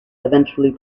eventually